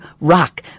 ROCK